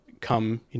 come